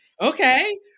Okay